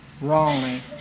wrongly